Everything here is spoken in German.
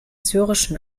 syrischen